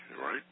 right